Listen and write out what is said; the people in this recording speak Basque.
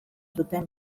zuten